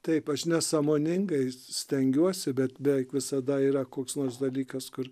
taip aš nesąmoningai stengiuosi bet beveik visada yra koks nors dalykas kur